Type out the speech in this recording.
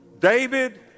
David